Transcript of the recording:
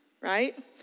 right